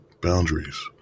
boundaries